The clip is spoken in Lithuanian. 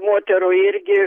moterų irgi